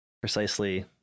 precisely